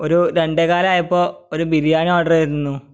ഒരു രണ്ടേകാലായപ്പോൾ ഒരു ബിരിയാണി ഓഡർ ചെയ്തിരുന്നു